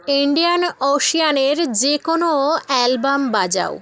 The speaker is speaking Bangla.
ইন্ডিয়ান ওশেনের যে কোনও অ্যালবাম বাজাও